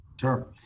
Sure